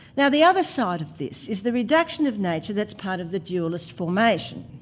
now the other side of this is the reduction of nature that's part of the dualist formation.